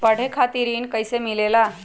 पढे खातीर ऋण कईसे मिले ला?